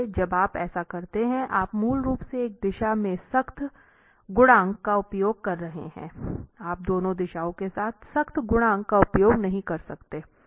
इसलिए जब आप ऐसा करते हैं आप मूल रूप से एक दिशा में सख्त गुणांक का उपयोग कर रहे हैं आप दोनों दिशाओं के साथ सख्त गुणांक का उपयोग नहीं कर सकते